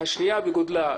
השנייה בגודלה,